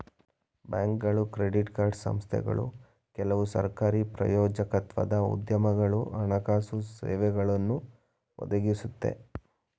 ಬ್ಯಾಂಕ್ಗಳು credit card ಸಂಸ್ಥೆಗಳು ಕೆಲವು ಸರಕಾರಿ ಪ್ರಾಯೋಜಕತ್ವದ ಉದ್ಯಮಗಳು ಹಣಕಾಸು ಸೇವೆಗಳನ್ನು ಒದಗಿಸುತ್ತೆ